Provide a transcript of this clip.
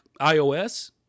iOS